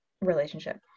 relationship